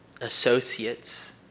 associates